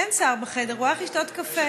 אין שר בחדר, הוא הלך לשתות קפה.